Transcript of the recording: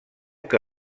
que